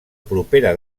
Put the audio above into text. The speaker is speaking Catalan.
propera